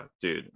dude